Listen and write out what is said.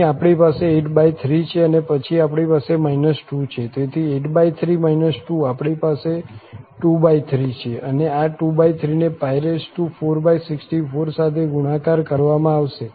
અહીં આપણી પાસે 83 છે પછી આપણી પાસે 2 છે તેથી 83 2 આપણી પાસે 23 છે અને આ 23ને 464 સાથે ગુણાકાર કરવામાં આવશે